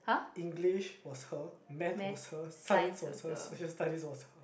English was her maths was her science was her Social-Studies was